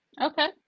Okay